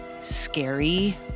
scary